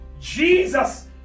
Jesus